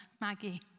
Maggie